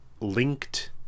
linked